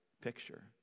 picture